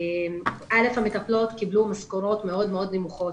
עד הקורונה המטפלות קיבלו משכורות מאוד מאוד נמוכות,